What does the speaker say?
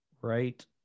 right